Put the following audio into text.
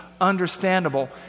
understandable